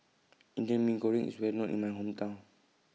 Indan Mee Goreng IS Well known in My Hometown